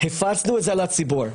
הפצנו את זה לציבור.